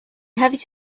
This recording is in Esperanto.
havis